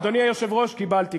אדוני היושב-ראש, קיבלתי.